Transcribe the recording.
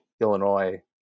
Illinois